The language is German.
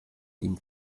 ihm